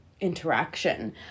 interaction